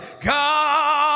God